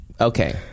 Okay